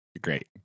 Great